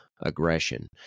aggression